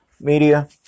media